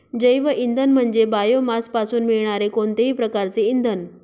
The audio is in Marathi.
जैवइंधन म्हणजे बायोमासपासून मिळणारे कोणतेही प्रकारचे इंधन